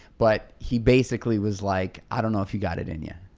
but he basically was like, i dunno if you got it in yeah